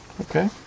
Okay